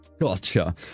Gotcha